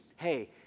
hey